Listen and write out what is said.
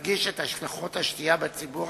מדגיש את השלכות השתייה בציבור,